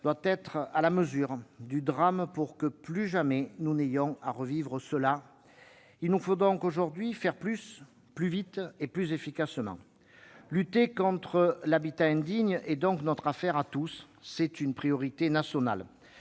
doit être à la mesure du drame pour que plus jamais nous n'ayons à revivre cela. Aujourd'hui, il nous faut faire plus, plus vite et plus efficacement. Lutter contre l'habitat indigne est notre affaire à tous : il s'agit d'une priorité nationale.